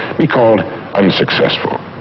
be called unsuccessful.